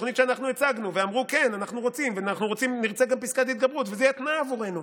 וזה יהיה תנאי עבורנו.